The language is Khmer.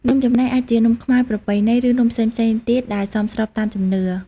នំចំណី អាចជានំខ្មែរប្រពៃណី ឬនំផ្សេងៗទៀតដែលសមស្របតាមជំនឿ។